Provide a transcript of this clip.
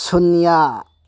ꯁꯨꯟꯌꯥ